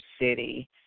city